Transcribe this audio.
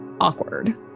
awkward